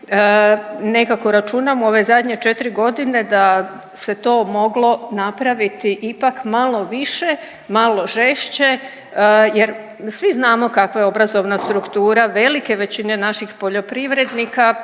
nekako računam ove zadnje četiri godine da se to moglo napraviti ipak malo više, malo žešće jer svi znamo kakva je obrazovna struktura velike većine naših poljoprivrednika.